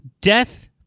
death